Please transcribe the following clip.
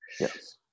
Yes